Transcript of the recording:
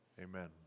Amen